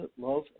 love